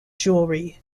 jewellery